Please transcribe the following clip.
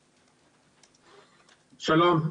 שלום.